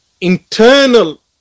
internal